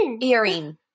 earring